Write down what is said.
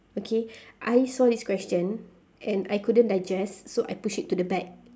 okay I saw this question and I couldn't digest so I pushed it to the back